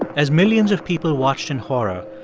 as millions of people watched in horror,